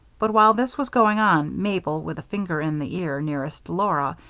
but while this was going on, mabel, with a finger in the ear nearest laura,